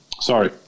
Sorry